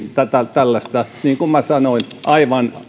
tällaista niin kuin minä sanoin aivan